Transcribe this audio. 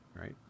right